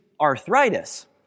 arthritis